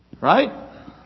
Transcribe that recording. Right